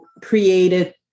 created